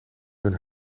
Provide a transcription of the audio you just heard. hun